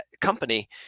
company